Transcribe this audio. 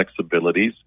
flexibilities